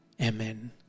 Amen